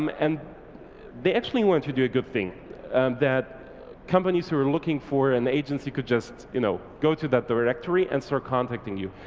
um and they actually wanted to do a good thing, and that companies who are looking for an agency could just you know go to that directory and start so contacting you.